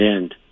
end